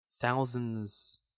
thousands